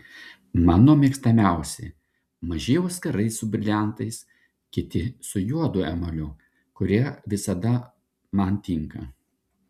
mano mėgstamiausi maži auskarai su briliantais kiti su juodu emaliu kurie visada man tinka